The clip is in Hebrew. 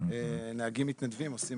יש נהגים שעושים